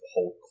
hulk